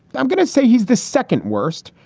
i'm going to say he's the second worst.